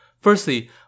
Firstly